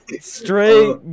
straight